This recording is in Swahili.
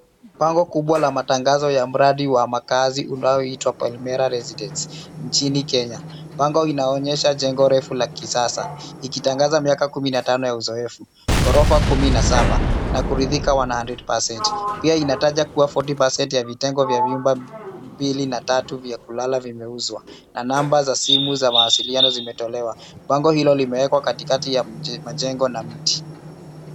Bango kubwa la matangazo ya mradi wa makazi unaoitwa Palmera Residence , nchini Kenya. Bango inaonyesha jengo refu la kisasa, ikitangaza miaka 15 ya uzoefu, gorofa 17 na kuridhika 100%. pia inataja kuwa 40% ya vitengo vya vyumba 2 na 3 vya kulala vimeuzwa. Na namba za simu za mawasiliano zimetolewa. Bango hilo limeekwa katikati ya majengo na mti.